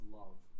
love